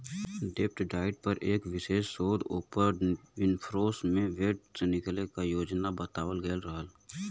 डेब्ट डाइट पर एक विशेष शोध ओपर विनफ्रेशो में डेब्ट से निकले क योजना बतावल गयल रहल